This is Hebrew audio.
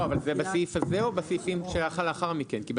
לא, אבל זה בסעיף הזה או בסעיפים שלאחר מכן?